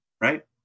right